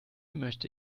möchte